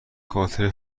خاطر